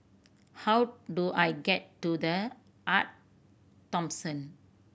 how do I get to The Arte Thomson